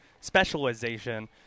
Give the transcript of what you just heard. specialization